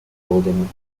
building